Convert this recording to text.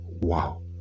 Wow